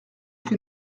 que